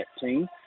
team